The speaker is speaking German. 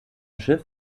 schiff